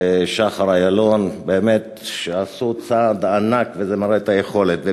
שחר איילון, שעשו צעד ענק, וזה מראה את היכולת.